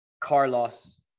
Carlos